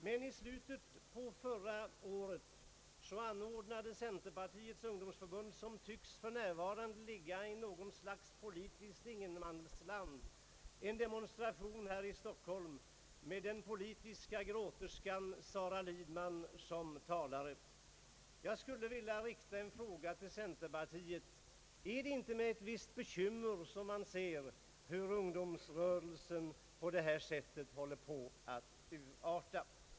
Men i slutet av förra året anordnade centerpartiets ungdomsförbund, som för närvarande tycks befinna sig i något slags politiskt ingenmansland, en demonstration här i Stockholm med den politiska gråterskan Sara Lidman som talare. Jag skulle vilja rikta en fråga till centerpartiet: Är det inte med ett visst bekymmer som man ser hur ungdomsrörelsen på detta sätt håller på att urarta?